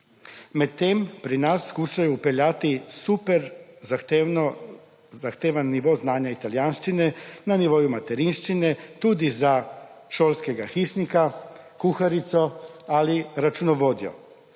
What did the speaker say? medtem pri nas skušajo vpeljati super zahtevan nivo znanja italijanščine na nivoju materinščine tudi za šolskega hišnika, kuharico ali računovodjo.